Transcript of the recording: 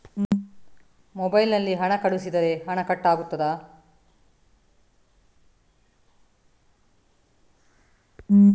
Mobile ನಲ್ಲಿ ಹಣ ಕಳುಹಿಸಿದರೆ ಹಣ ಕಟ್ ಆಗುತ್ತದಾ?